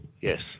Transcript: Yes